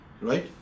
Right